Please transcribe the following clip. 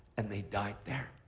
and they died there.